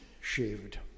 shaved